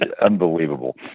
unbelievable